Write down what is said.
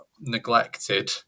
neglected